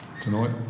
tonight